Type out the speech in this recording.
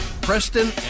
Preston